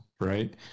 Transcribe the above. right